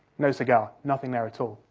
no cigar, nothing there at all.